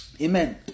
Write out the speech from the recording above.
Amen